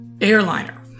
airliner